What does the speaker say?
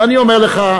ואני אומר לך,